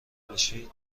بشید